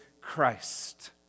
Christ